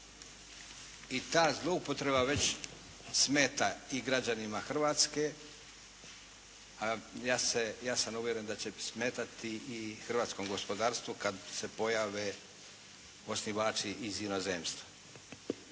I ta zloupotreba već smeta i građanima Hrvatske. Ja sam uvjeren da će smetati i hrvatskom gospodarstvu kad se pojave osnivači iz inozemstva.